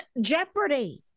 jeopardy